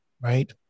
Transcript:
right